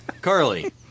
Carly